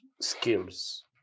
skills